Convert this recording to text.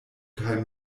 kaj